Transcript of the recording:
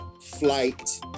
flight